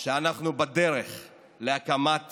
מצביע על כך שאנחנו בדרך להקמת